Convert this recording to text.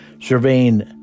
surveying